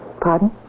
Pardon